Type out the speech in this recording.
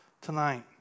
tonight